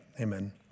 Amen